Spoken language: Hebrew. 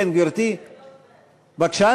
המחשב